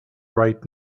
right